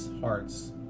hearts